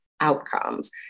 outcomes